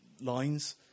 lines